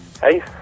Hey